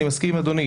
ואני מסכים עם אדוני,